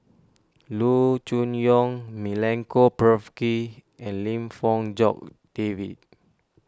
Loo Choon Yong Milenko Prvacki and Lim Fong Jock David